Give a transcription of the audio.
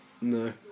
No